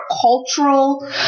cultural